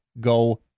go